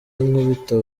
nkubita